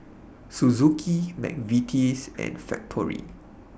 Suzuki Mcvitie's and Factorie